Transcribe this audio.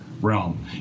realm